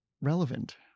relevant